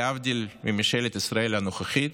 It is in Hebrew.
להבדיל מממשלת ישראל הנוכחית,